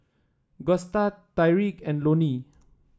Gusta Tyrique and Lonie